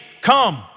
come